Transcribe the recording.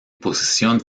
posición